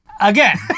Again